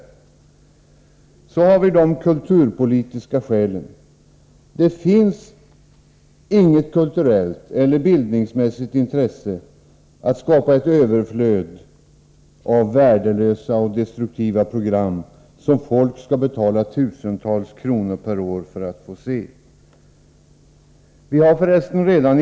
Vidare har vi de kulturpolitiska skälen. Det finns inget kulturellt eller bildningsmässigt intresse att skapa ett överflöd av värdelösa och destruktiva program, som folk skall betala tusentals kronor per år för att få se.